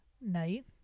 night